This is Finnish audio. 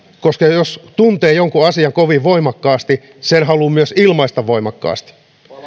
koska jos tuntee jonkun asian kovin voimakkaasti sen haluaa myös ilmaista voimakkaasti